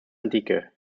antike